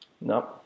No